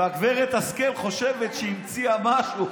וגב' השכל חושבת שהיא המציאה משהו.